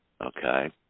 Okay